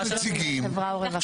חברה ורווחה,